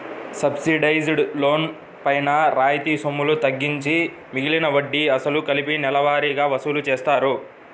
subsidised loan పైన రాయితీ సొమ్ములు తగ్గించి మిగిలిన వడ్డీ, అసలు కలిపి నెలవారీగా వసూలు చేస్తారు